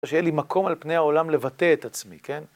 ושיהיה לי מקום על פני העולם לבטא את עצמי, כן?